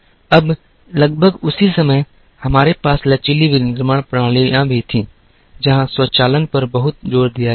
अब लगभग उसी समय हमारे पास लचीली विनिर्माण प्रणालियाँ भी थीं जहाँ स्वचालन पर बहुत जोर दिया गया था